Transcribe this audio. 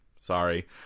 Sorry